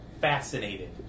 fascinated